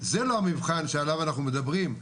זה לא המבחן שעליו אנחנו מדברים.